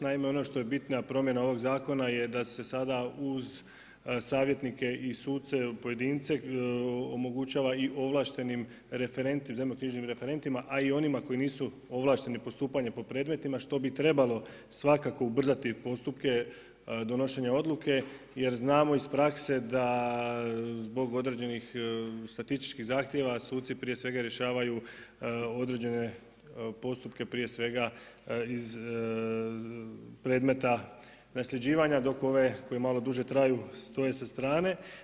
Naime, ono što je bitna promjena ovog zakona je da da se sada uz savjetnike i suce pojedince omogućava i ovlaštenim referentima, zemljišno-knjižnim referentima, a i onima koji nisu ovlašteni postupanjem po predmetima što bi trebalo svakako ubrzati postupke donošenja odluke jer znamo iz prakse da zbog određenih statističkih zahtjeva suci prije svega rješavaju određene postupke prije svega iz predmeta nasljeđivanja dok ove koje malo duže traju stoje sa strane.